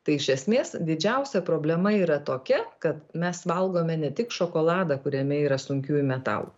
tai iš esmės didžiausia problema yra tokia kad mes valgome ne tik šokoladą kuriame yra sunkiųjų metalų